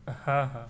ہاں ہاں